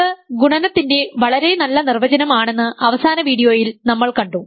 ഇത് ഗുണനത്തിൻറെ വളരെ നല്ല നിർവചനം ആണെന്ന് അവസാന വീഡിയോയിൽ നമ്മൾ കണ്ടു